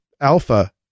Alpha